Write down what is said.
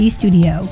studio